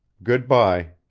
good-by,